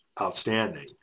outstanding